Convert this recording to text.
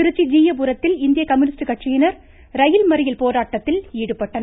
திருச்சி ஜீயபுரத்தில் இந்திய கம்யூனிஸ்ட் கட்சியினர் ரயில் மறியல் போராட்டத்தில் ஈடுபட்டனர்